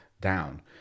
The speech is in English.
down